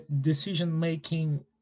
decision-making